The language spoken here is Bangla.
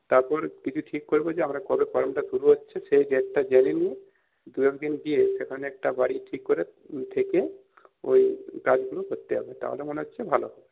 তারপর কিছু ঠিক করবো যে আমরা কবে করমটা শুরু হচ্ছে সেই ডেটটা জেনে নিয়ে দু একদিন গিয়ে সেখানে একটা বাড়ি ঠিক করে থেকে ওই কাজগুলো করতে হবে তাহলে মনে হচ্ছে ভালো হবে